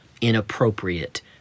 inappropriate